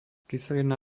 kyselina